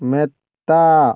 മെത്ത